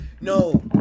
No